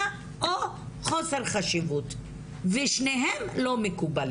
אבל היא בדיוק מראה איך מסתכלים דווקא באי שוויון כלפי נשים ולא כפי